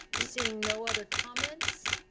seeing no other comments,